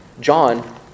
John